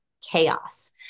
chaos